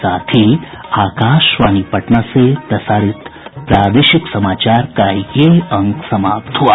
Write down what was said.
इसके साथ ही आकाशवाणी पटना से प्रसारित प्रादेशिक समाचार का ये अंक समाप्त हुआ